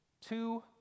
Two